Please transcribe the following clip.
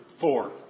four